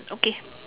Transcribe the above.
okay